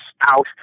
out